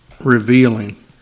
revealing